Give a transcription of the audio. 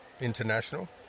international